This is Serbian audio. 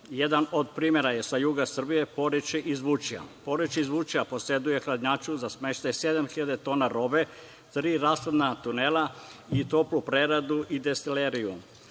Jedan od primera je sa juga Srbije „Porečje“ iz Vučja. „Porečje“ iz Vučja poseduje hladnjaču za smeštaj 7.000 tona robe, tri rashladna tunela i toplu preradu i destileriju.